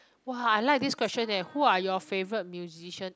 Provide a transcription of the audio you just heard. !whoa! I like this question eh who are your favourite musician